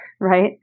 right